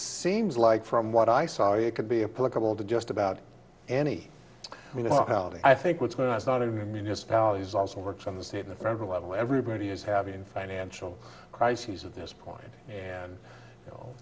seems like from what i saw you could be a political to just about any i mean i think what's going on is not to municipalities also works on the state and federal level everybody is having financial crises at this point and